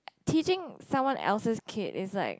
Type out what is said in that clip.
teaching someone else's kid is like